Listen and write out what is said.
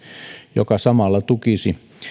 joka samalla tukisi